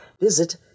visit